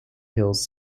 hills